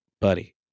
buddy